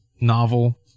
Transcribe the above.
novel